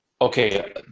okay